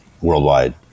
worldwide